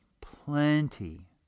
plenty